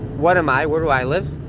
what am i? where do i live?